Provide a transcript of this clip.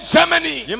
Germany